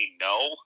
no